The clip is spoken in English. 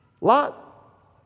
lot